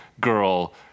girl